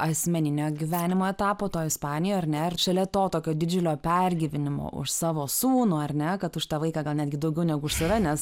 asmeninio gyvenimo etapo toj ispanijoj ar ne šalia to tokio didžiulio pergyvenimo už savo sūnų ar ne kad už tą vaiką gal netgi daugiau negu už save nes